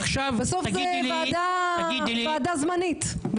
בסוף זאת ועדה זמנית.